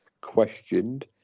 questioned